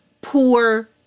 poor